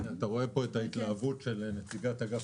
אתה רואה פה את ההתלהבות של נציגת אגף